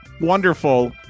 wonderful